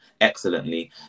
excellently